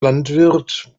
landwirt